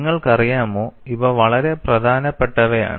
നിങ്ങൾക്കറിയാമോ ഇവ വളരെ പ്രധാനപ്പെട്ടവയാണ്